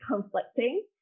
conflicting